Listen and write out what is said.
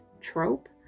trope